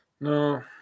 No